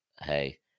hey